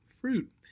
fruit